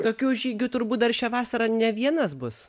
tokių žygių turbūt dar šią vasarą ne vienas bus